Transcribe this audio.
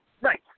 Right